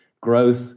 growth